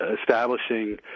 establishing